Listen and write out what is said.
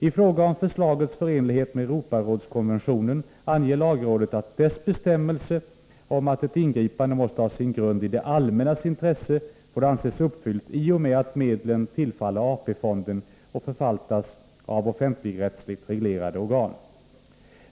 I fråga om förslagets förenlighet med Europarådskonventionen anser lagrådet att dess bestämmelse om att ett ingripande måste ha sin grund i ”det allmännas intresse” får anses uppfyllt i och med att medlen tillfaller AP-fonden och förvaltas av offentligrättsligt reglerade organ.